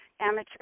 amateur